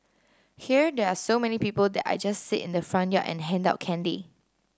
here there are so many people that I just sit in the front yard and hand out candy